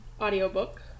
audiobook